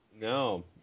No